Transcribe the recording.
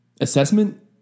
assessment